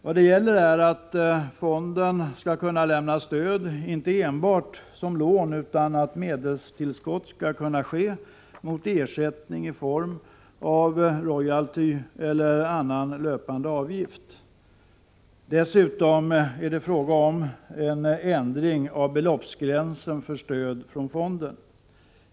Vad det gäller är att fonden skall kunna lämna stöd inte enbart som lån, utan medelstillskott skall kunna ges mot ersättning i form av royalty eller annan löpande avgift. Dessutom är det fråga om en ändring av beloppsgränsen för stöd från fonden.